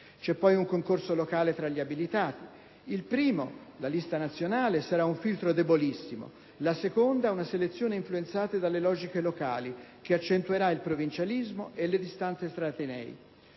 C'è poi un concorso locale tra gli abilitati: il primo, la lista nazionale, sarà un filtro debolissimo; il secondo, una selezione influenzata dalle logiche locali, che accentuerà il provincialismo e le distanze tra atenei.